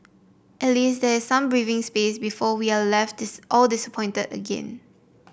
at least there is some breathing space before we are all left all disappointed again